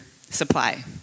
supply